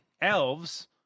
elves